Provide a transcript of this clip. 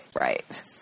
right